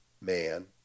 man